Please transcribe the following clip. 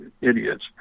idiots